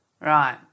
Right